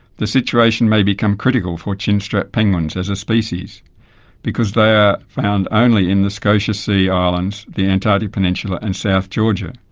the situation may become critical for chinstrap penguins as a species because they are found only on the scotia sea islands, the antarctic peninsula and south georgia.